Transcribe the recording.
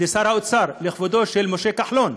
לשר האוצר, לכבוד השר משה כחלון,